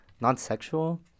Non-sexual